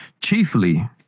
chiefly